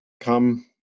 come